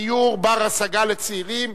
דיור בר-השגה לצעירים),